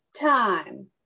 time